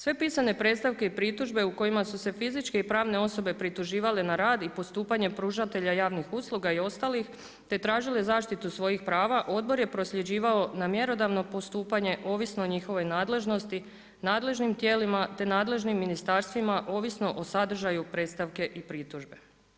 Sve pisane predstavke i pritužbe u kojima su se fizičke i pravne osobe prituživale na rad i postupanje pružatelja javnih usluga i ostalih, te tražile zaštitu svojih prava odbor je prosljeđivao na mjerodavno postupanje ovisno o njihovoj nadležnosti nadležnim tijelima, te nadležnim ministarstvima ovisno o sadržaju predstavke i pritužbe.